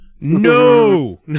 No